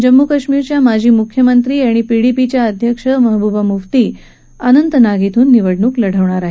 जम्मू काश्मीरच्या माजी मुख्यमंत्री आणि पीडीपीच्या अध्यक्षा महबूबा मुफ्ती अनंतनाग ध्विून निवडणूक लढवणार आहेत